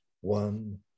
One